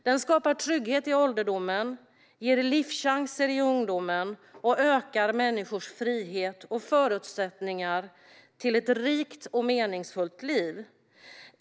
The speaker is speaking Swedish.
Den skapar trygghet i ålderdomen, ger livschanser i ungdomen och ökar människors frihet och förutsättningar till ett rikt och meningsfullt liv.